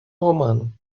romano